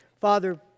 Father